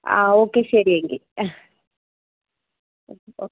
ആ ഓക്കെ ശരി എങ്കിൽ ഓക്കെ ഓക്കെ